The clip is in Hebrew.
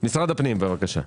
משרד הפנים, בבקשה.